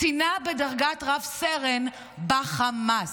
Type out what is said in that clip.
קצינה בדרגת רב-סרן בחמאס.